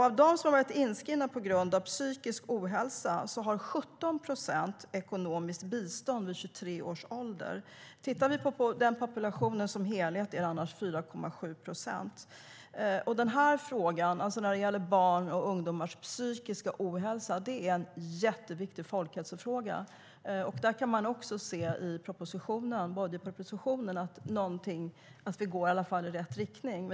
Av dem som har varit inskrivna på grund av psykisk ohälsa har 17 procent ekonomiskt bistånd vid 23 års ålder. I den populationen som helhet är det annars 4,7 procent.Frågan om barns och ungdomars psykiska ohälsa är en jätteviktig folkhälsofråga. I budgetpropositionen kan man se att vi i alla fall går i rätt riktning.